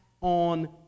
on